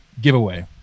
giveaway